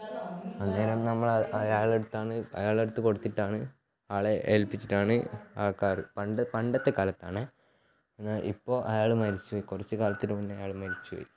അന്നേരം നമ്മൾ അയാളെടുത്താണ് ആയാളെടുത്ത് കൊടുത്തിട്ടാണ് ആളെ എൽപ്പിച്ചിട്ടാണ് ആൾക്കാർ പണ്ട് പണ്ടത്തെ കാലത്താണെ എന്നാൽ ഇപ്പോൾ അയാൾ മരിച്ചു പോയി കുറച്ച് കാലത്തിന് മുന്നേ അയാൾ മരിച്ചു പോയി